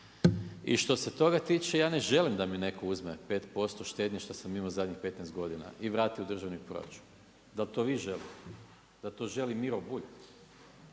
I što se toga tiče, ja ne želim da mi netko uzme 5% štednje što sam imao zadnjih 15 godina i vrati u državni proračun. Da li vi to želite? da li to želi Miro Bulj?